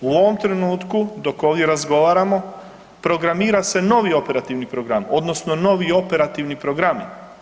U ovom trenutku dok ovdje razgovaramo programira se novi Operativni program odnosno novi operativni programi.